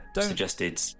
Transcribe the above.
suggested